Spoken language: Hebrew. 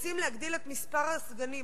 רוצים להגדיל את מספר הסגנים?